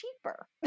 cheaper